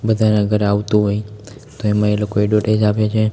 બધાના ઘરે આવતું હોય તો એમાં એ લોકો એડવર્ટાઈઝ આપે છે